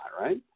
right